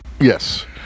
yes